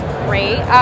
great